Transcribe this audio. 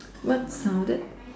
what sounded